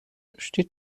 steht